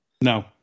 No